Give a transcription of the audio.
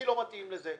אני לא מתאים לזה.